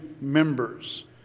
members